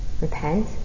repent